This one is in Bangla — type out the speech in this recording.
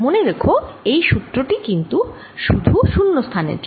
মনে রেখো এই সুত্র টি কিন্তু শুন্য স্থানের জন্য